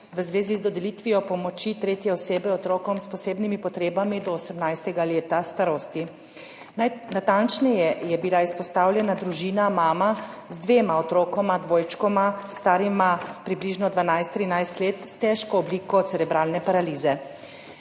v zvezi z dodelitvijo pomoči tretje osebe otrokom s posebnimi potrebami do 18. leta starosti. Najnatančneje je bila izpostavljena družina, mama z dvema otrokoma, dvojčkoma, starima približno 12, 13 let, s težko obliko cerebralne paralize.